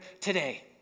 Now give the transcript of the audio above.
today